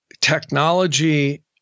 technology